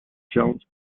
jones